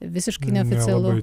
visiškai neoficialu